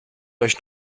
euch